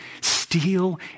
steal